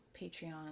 patreon